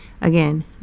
Again